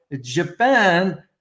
Japan